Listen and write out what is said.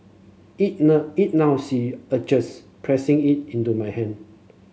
eat eat now see urges pressing it into my hand